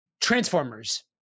Transformers